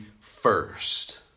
first